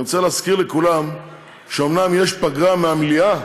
אני רוצה להזכיר לכולם שאומנם יש פגרה מהמליאה,